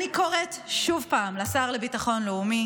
אני קוראת שוב פעם לשר לביטחון לאומי